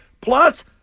plus